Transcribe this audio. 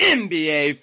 nba